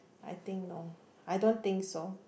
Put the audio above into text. I think no I don't think so